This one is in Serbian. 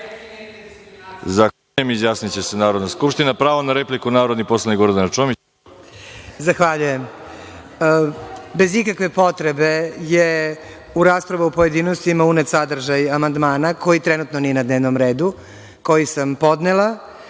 Zahvaljujem. Bez ikakve potrebe je u raspravi o pojedinostima unet sadržaj amandmana, koji trenutno nije na dnevnom redu, koji sam podnela